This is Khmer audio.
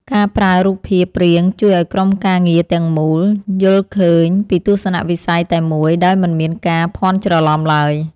ការប្រើរូបភាពព្រាងជួយឱ្យក្រុមការងារទាំងមូលយល់ឃើញពីទស្សនវិស័យតែមួយដោយមិនមានការភ័ន្តច្រឡំឡើយ។